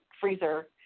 freezer